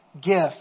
gift